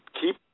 Keep